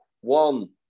one